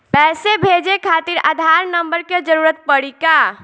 पैसे भेजे खातिर आधार नंबर के जरूरत पड़ी का?